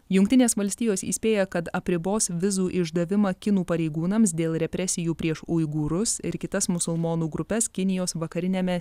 jungtinės valstijos įspėja kad apribos vizų išdavimą kinų pareigūnams dėl represijų prieš uigūrus ir kitas musulmonų grupes kinijos vakariniame